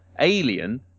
Alien